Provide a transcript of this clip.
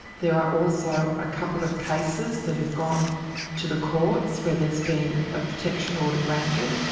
there are also a couple of cases that have gone to the courts, where there's been a protection order granted.